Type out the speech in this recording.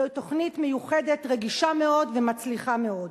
זוהי תוכנית מיוחדת, רגישה מאוד ומצליחה מאוד.